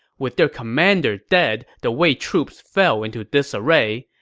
with their commander dead, the wei troops fell into disarray.